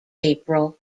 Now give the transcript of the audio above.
april